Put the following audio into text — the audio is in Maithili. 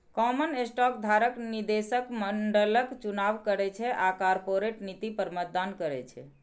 कॉमन स्टॉक धारक निदेशक मंडलक चुनाव करै छै आ कॉरपोरेट नीति पर मतदान करै छै